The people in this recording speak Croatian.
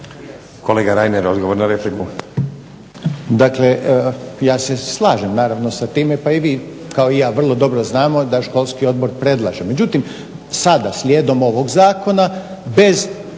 Kolega Reiner odgovor na repliku.